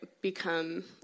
become